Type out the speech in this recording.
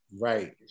Right